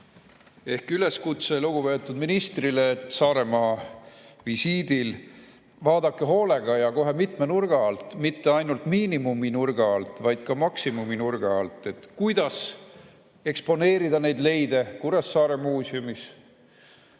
Ehk üleskutse lugupeetud ministrile: Saaremaa visiidil vaadake hoolega ja kohe mitme nurga alt, mitte ainult miinimumnurga alt, vaid ka maksimumnurga alt, kuidas neid leide Kuressaare muuseumis